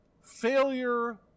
failure